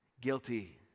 guilty